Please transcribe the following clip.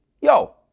Yo